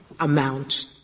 amount